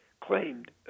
claimed